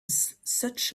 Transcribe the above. such